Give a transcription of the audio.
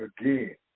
again